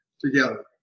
together